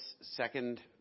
second